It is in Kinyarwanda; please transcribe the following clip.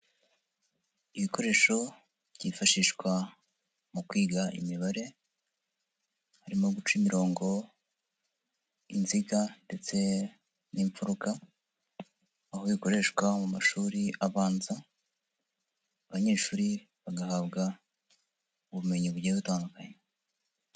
Ibikoresho byifashishwa mu kwiga imibare barimo guca imirongo, inziga ndetse n'imfuruka aho bikoreshwa mu mashuri abanza abanyeshuri bagahabwa ubumenyi bugiye butandukanye.